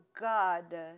God